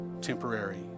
temporary